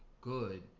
good